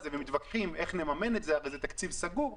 ומתווכחים איך נממן את זה כי זה תקציב סגור.